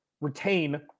retain